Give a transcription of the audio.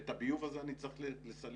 ואת הביוב הזה אני צריך לסלק,